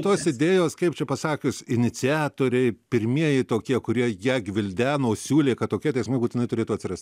tos idėjos kaip čia pasakius iniciatoriai pirmieji tokie kurie ją gvildeno siūlė kad tokie teismai būtinai turėtų atsirast